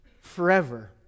forever